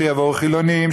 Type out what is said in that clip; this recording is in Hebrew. שיבואו חילונים,